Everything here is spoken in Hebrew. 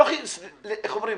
ואיך אומרים?